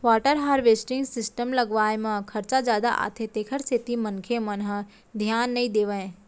water harvesting system लगवाए म खरचा जादा आथे तेखर सेती मनखे मन ह धियान नइ देवय